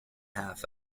half